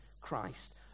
Christ